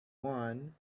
one